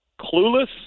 clueless